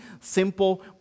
simple